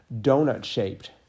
donut-shaped